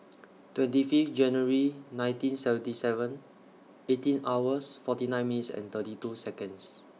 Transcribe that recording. twenty Fifth January nineteen seventy seven eighteen hours forty nine minutes and thirty two Seconds